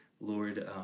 Lord